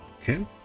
Okay